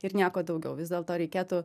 ir nieko daugiau vis dėlto reikėtų